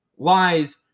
lies